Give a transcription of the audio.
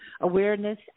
awareness